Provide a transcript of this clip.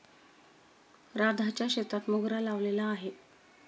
राधाच्या शेतात मोगरा लावलेला आहे